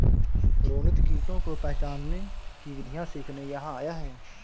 रोनित कीटों को पहचानने की विधियाँ सीखने यहाँ आया है